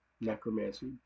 necromancy